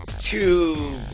two